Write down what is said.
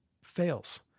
fails